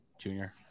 Junior